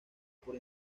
por